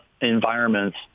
environments